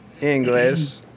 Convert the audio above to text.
English